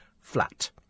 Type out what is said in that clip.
flat